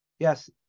Yes